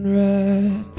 red